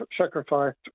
sacrificed